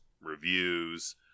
reviews